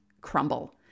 crumble